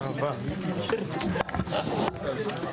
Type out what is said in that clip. הישיבה